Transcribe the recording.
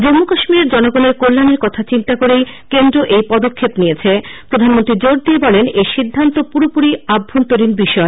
জম্মু কাশ্মীরের জনগনের কল্যানের কথা চিন্তা করেই কেন্দ্র এই পদক্ষেপ নিয়েছে প্রধানমন্ত্রী জোর দিয়ে বলেন এই সিদ্ধান্ত পুরোপুরি আভ্যন্তরীণ বিষয়